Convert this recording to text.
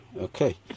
okay